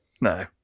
No